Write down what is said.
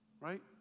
right